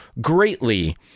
greatly